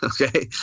okay